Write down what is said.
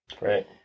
Right